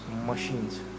machines